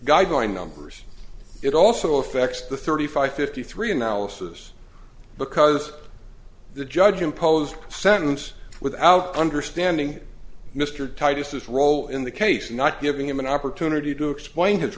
guideline numbers it also affects the thirty five fifty three analysis because the judge imposed sentence without understanding mr titus his role in the case not giving him an opportunity to explain his